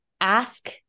ask